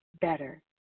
better